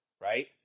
right